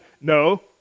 No